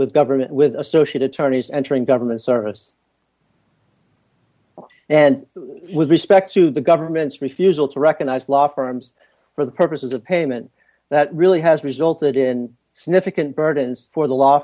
with government with associate attorneys entering government service and with respect to the government's refusal to recognize law firms for the purposes of payment that really has resulted in significant burdens for the law